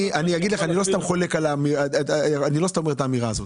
לא סתם אני אומר את האמירה הזאת.